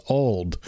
old